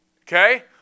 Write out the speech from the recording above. okay